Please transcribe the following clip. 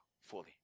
fully